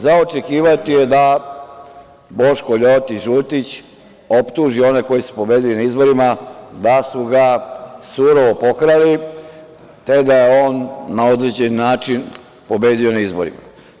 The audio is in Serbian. Za očekivati je da Boško Ljotić Žutić optuži one koji su pobedili na izborima da su ga surovo pokrali, te da je on na određen način pobedio na izborima.